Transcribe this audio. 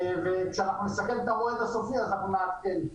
וכשאנחנו נסכם את המועד הסופי, אנחנו נעדכן.